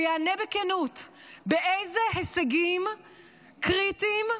ויענה בכנות באיזה הישגים קריטיים,